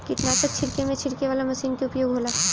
कीटनाशक छिड़के में छिड़के वाला मशीन कअ उपयोग होला